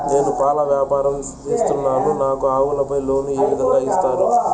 నేను పాల వ్యాపారం సేస్తున్నాను, నాకు ఆవులపై లోను ఏ విధంగా ఇస్తారు